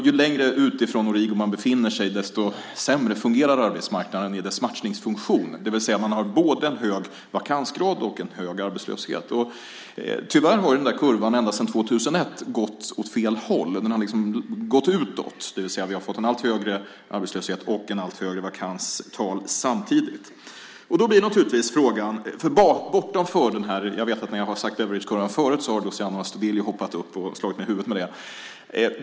Ju längre utifrån origo man befinner sig, desto sämre fungerar arbetsmarknaden i sin matchningsfunktion. Man har alltså både en hög vakansgrad och en hög arbetslöshet. Tyvärr har kurvan ända sedan 2001 gått åt fel håll - utåt. Vi har fått en allt högre arbetslöshet och ett allt högre vakanstal samtidigt. När jag har pratat om Beveridgekurvan förut har Luciano Astudillo hoppat upp och slagit mig i huvudet med det.